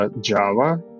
Java